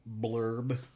blurb